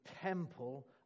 temple